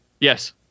Yes